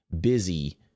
busy